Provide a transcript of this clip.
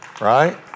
right